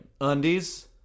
Undies